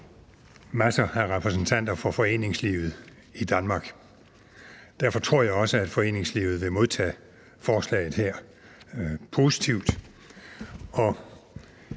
masser af repræsentanter for foreningslivet i Danmark. Derfor tror jeg også, at foreningslivet vil modtage forslaget her positivt.